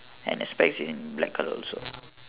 and her specs in black colour also